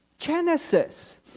Genesis